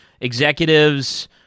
executives